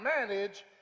manage